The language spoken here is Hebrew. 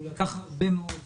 אבל זה לקח הרבה מאוד זמן.